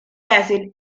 acid